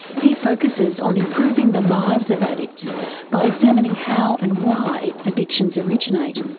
he focuses on improving the lives of addicts by examining how and why addictions originate.